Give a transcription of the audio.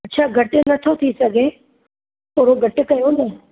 अच्छा घटि नथो थी सघे थोरो घटि कयो न